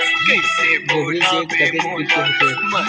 जरीब चेन कतेक फीट के होथे?